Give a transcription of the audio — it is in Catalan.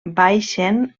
baixen